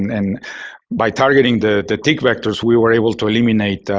and by targeting the the tick vectors, we were able to eliminate